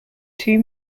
two